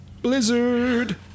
Blizzard